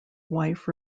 wife